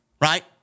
right